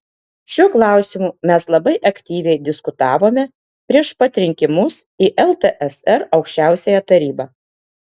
šiuo klausimu mes labai aktyviai diskutavome prieš pat rinkimus į ltsr aukščiausiąją tarybą